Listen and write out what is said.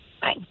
Bye